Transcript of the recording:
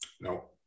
No